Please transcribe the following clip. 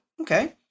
okay